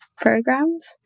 programs